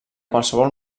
qualsevol